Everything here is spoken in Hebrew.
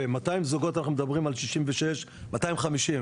ב-200 זוגות אנחנו מדברים על 66. 250,